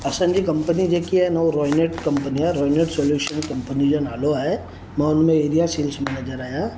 असांजी कंपनी जेकी आहे न उहा रोइनेट कंपनी आहे रोइनेट सोल्युशन कंपनी जो नालो आहे मां हुन में एरिया सेल्स मैनेजर आहियां